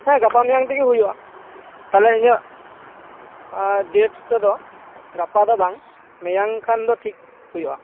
ᱦᱮᱸ ᱜᱟᱯᱟ ᱢᱮᱭᱟᱝ ᱛᱮᱜᱮ ᱦᱩᱭᱩᱜᱼᱟ ᱛᱟᱦᱚᱞᱮ ᱤᱧᱟ ᱜ ᱟᱻ ᱰᱮᱴ ᱛᱮᱫᱚ ᱜᱟᱯᱟᱫᱚ ᱵᱟᱝ ᱢᱮᱭᱟᱝ ᱠᱷᱟᱱᱫᱚ ᱴᱷᱤᱠ ᱦᱩᱭᱩᱜᱼᱟ